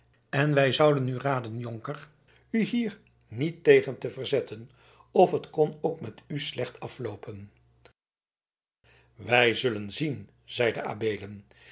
en wij zouden u raden jonker u hier niet tegen te verzetten of het kon ook met u slecht afloopen wij zullen zien zeide